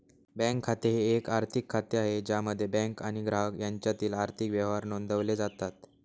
bank खाते हे एक आर्थिक खाते आहे ज्यामध्ये बँक आणि ग्राहक यांच्यातील आर्थिक व्यवहार नोंदवले जातात